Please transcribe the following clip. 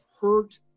hurt